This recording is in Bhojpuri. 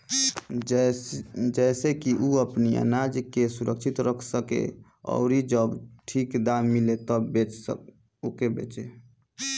जेसे की उ अपनी आनाज के सुरक्षित रख सके अउरी जब ठीक दाम मिले तब ओके बेचे